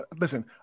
Listen